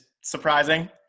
surprising